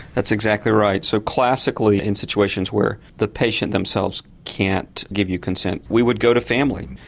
that's exactly right so classically in situations where the patients themselves can't give you consent we would go to family.